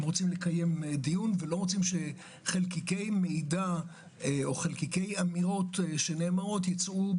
רוצים לקיים דיון ולא רוצים שחלקיקי מידע או חלקיקי אמירות שנאמרות,